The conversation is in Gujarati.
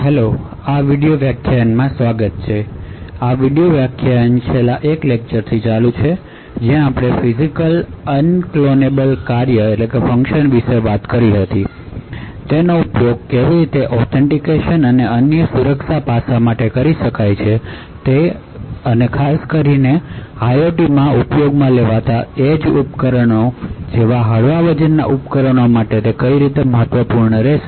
હેલો આ વિડિઓ વ્યાખ્યાનમાં સ્વાગત છે આ વિડિઓ વ્યાખ્યાન છેલ્લા એક લેક્ચરથી ચાલુ છે જ્યાં આપણે ફિજિકલી અનક્લોનેબલ ફંકશન વિશે વાત કરી હતી અને તેનો ઉપયોગ કેવી રીતે ઓથેન્ટિકેશન અને અન્ય સુરક્ષા પાસાઓ માટે કરી શકે છે ખાસ કરીને IOTમાં ઉપયોગમાં લેવાતા એજ ઉપકરણો જેવા હળવા વજનના ઉપકરણો માટે તે મહત્વપૂર્ણ છે